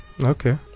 okay